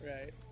Right